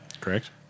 Correct